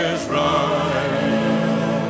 Israel